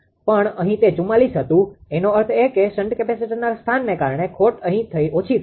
પણ અહીં તે 44 હતું એનો અર્થ એ કે શન્ટ કેપેસિટરના સ્થાનને કારણે ખોટ ઓછી થઈ છે